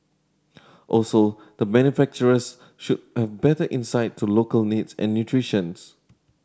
also the manufacturers should have better insight to local needs and nutritions